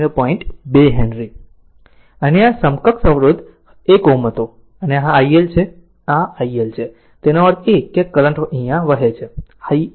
2 henry અને આ સમકક્ષ અવરોધ 1 was હતો અને આ i L છે આ i L છે જેનો અર્થ છે કે કરંટ વહે છે i L